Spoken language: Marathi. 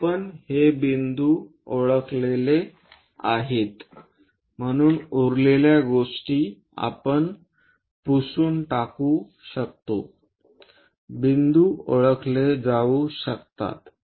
आपण हे बिंदूं ओळखले आहेत म्हणून उरलेल्या गोष्टी आपण पुसून टाकू शकतो बिंदू ओळखले जाऊ शकतात